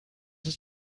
ist